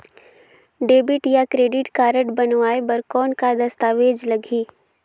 Debit या credit card बनवाय बर कौन का दस्तावेज लगही?